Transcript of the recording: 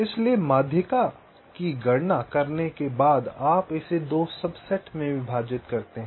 इसलिए माध्यिका की गणना करने के बाद आप इसे 2 सबसेट में विभाजित करते हैं